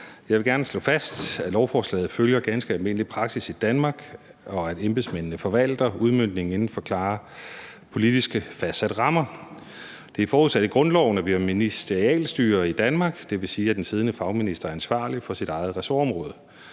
Jeg vil gerne slå fast, at lovforslaget følger ganske almindelig praksis i Danmark, og at embedsmændene forvalter udmøntningen inden for klare politisk fastsatte rammer. Det er forudsat i grundloven, at vi har ministerielt styre i Danmark. Det vil sige, at den siddende fagminister er ansvarlig for sit eget ressortområde.